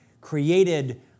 created